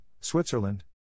Switzerland